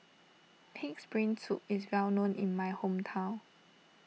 Pig's Brain Soup is well known in my hometown